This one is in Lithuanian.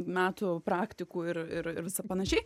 metų praktikų ir ir pan